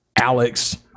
Alex